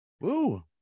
Woo